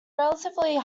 relatively